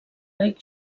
grec